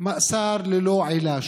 מאסר ללא עילה,